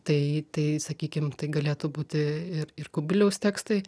tai tai sakykim tai galėtų būti ir ir kubiliaus tekstai